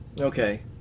Okay